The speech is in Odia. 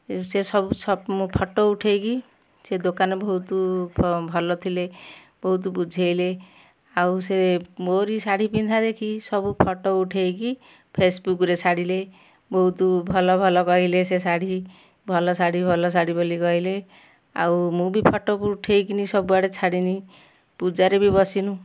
ସେ ସବୁ ସବୁ ଫଟୋ ଉଠେଇକି ସେ ଦୋକାନ ବହୁତ ଭ ଭଲ ଥିଲେ ବହୁତ ବୁଝେଇଲେ ଆଉ ସେ ମୋରି ଶାଢ଼ୀ ପିନ୍ଧା ଦେଖିକି ସବୁ ଫଟୋ ଉଠେଇକି ଫେସବୁକରେ ଛାଡ଼ିଲେ ବହୁତ ଭଲ ଭଲ କହିଲେ ସେ ଶାଢ଼ୀ ଭଲ ଶାଢ଼ୀ ଭଲ ଶାଢ଼ୀ ବୋଲି କହିଲେ ଆଉ ମୁଁ ବି ଫଟୋକୁ ଉଠେଇକିନି ସବୁ ଆଡ଼େ ଛାଡ଼ିନି ପୂଜା ରେ ବି ବସିନୁ